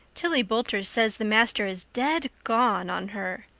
tillie boulter says the master is dead gone on her.